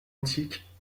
éthiques